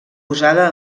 posada